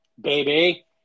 Baby